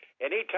Anytime